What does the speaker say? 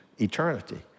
eternity